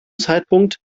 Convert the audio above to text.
zeitpunkt